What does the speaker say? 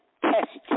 test